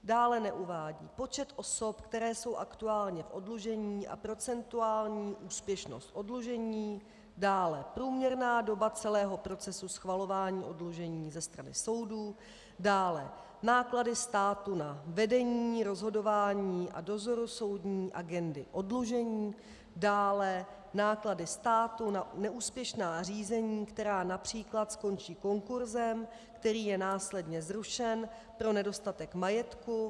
Dále neuvádí počet osob, které jsou aktuálně v oddlužení, a procentuální úspěšnost oddlužení, dále průměrná doba celého procesu schvalování oddlužení ze strany soudů, dále náklady státu na vedení, rozhodování a dozorosoudní agendy oddlužení, dále náklady státu na neúspěšná řízení, která například skončí konkurzem, který je následně zrušen pro nedostatek majetku.